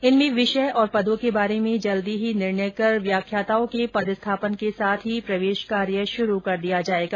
इनमें विषय और पदों के बारे में जल्द ही निर्णय कर व्याख्याताओं के पदस्थापन के साथ ही प्रवेश कार्य श्रू किया जायेगा